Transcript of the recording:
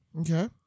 Okay